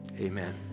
amen